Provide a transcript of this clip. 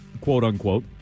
quote-unquote